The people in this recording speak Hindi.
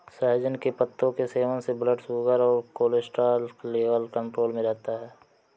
सहजन के पत्तों के सेवन से ब्लड शुगर और कोलेस्ट्रॉल लेवल कंट्रोल में रहता है